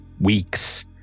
weeks